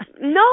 No